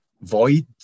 void